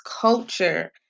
Culture